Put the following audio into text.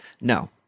no